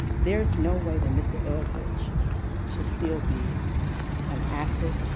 there's no way that mr. eldredge should still be an active